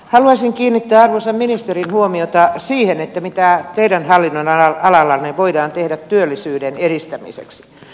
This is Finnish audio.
haluaisin kiinnittää arvoisan ministerin huomiota siihen mitä teidän hallinnonalallanne voidaan tehdä työllisyyden edistämiseksi